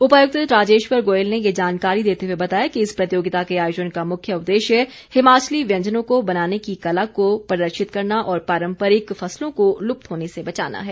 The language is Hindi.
उपायुक्त राजेश्वर गोयल ने ये जानकारी देते हुए बताया कि इस प्रतियोगिता के आयोजन का मुख्य उद्देश्य हिमाचली व्यंजनों को बनाने की कला को प्रदर्शित करना और पारम्परिक फसलों को लुप्त होने से बचाना है